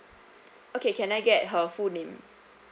okay can I get her full name